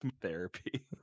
therapy